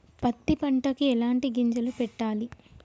పత్తి పంటకి ఎలాంటి గింజలు పెట్టాలి?